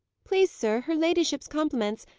please, sir, her ladyship's compliments,